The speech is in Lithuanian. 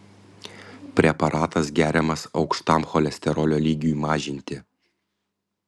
preparatas geriamas aukštam cholesterolio lygiui mažinti